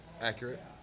accurate